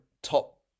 top